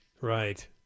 Right